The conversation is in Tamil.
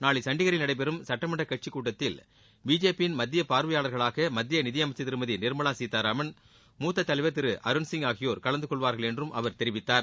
நாளை சண்டிகரில் நடைபெறும் சுட்டமன்ற கட்சி கூட்டத்தில் பிஜேபியின் மத்திய பார்வையாளர்களாக மத்திய நிதியமைச்சர் திருமதி நிர்மலா சீதாராமன் மூத்த தலைவர் திரு அருண்சிங் ஆகியோர் கலந்துகொள்வார்கள் என்றும் அவர் தெரிவித்தார்